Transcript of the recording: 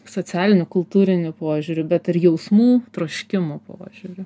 socialiniu kultūriniu požiūriu bet ir jausmų troškimų požiūriu